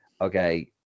Okay